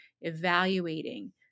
evaluating